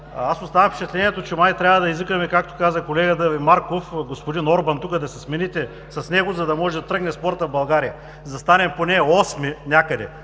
Останах с впечатлението, че май трябва да извикаме, както каза колегата Ви Марков, господин Орбан тук, да се смените с него, за да може да тръгне спортът в България и да стане поне осми някъде,